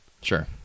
Sure